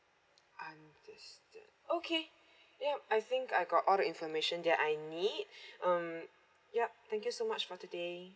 understand okay yup I think I got all the information that I need um yup thank you so much for today